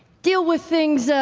deal with things